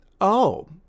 Oh